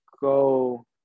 go